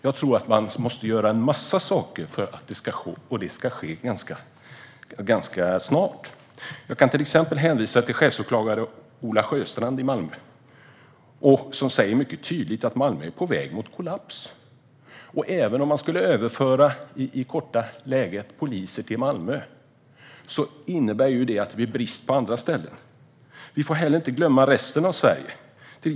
Jag tror att man måste göra en massa saker, och det ska ske ganska snart. Exempelvis kan jag hänvisa till Ola Sjöstrand, chefsåklagare i Malmö, som mycket tydligt säger att Malmö är på väg mot kollaps. Även om man i ett kort perspektiv skulle föra över poliser till Malmö innebär det att det blir brist på andra ställen. Vi får heller inte glömma resten av Sverige.